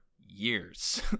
years